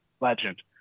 legend